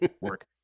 work